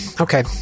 Okay